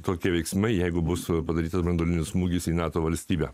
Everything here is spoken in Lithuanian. tokie veiksmai jeigu bus padarytas branduolinis smūgis į nato valstybę